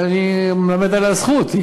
ואני מלמד עליה זכות,